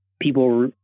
people